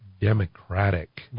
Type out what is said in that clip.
Democratic